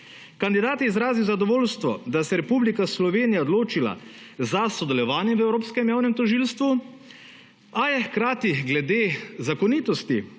Kandidat je izrazil zadovoljstvo, da se je Republika Slovenija odločila za sodelovanje v evropskem javnem tožilstvu a je hkrati glede zakonitosti